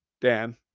Dan